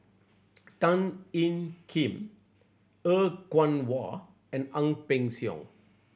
Tan Ean Kiam Er Kwong Wah and Ang Peng Siong